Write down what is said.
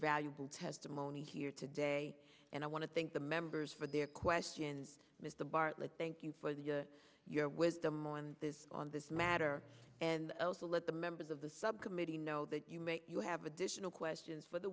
valuable testimony here today and i want to thank the members for their questions mr bartlett thank you for the your wisdom on this on this matter and also let the members of the subcommittee know that you may you have additional questions for the